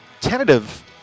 tentative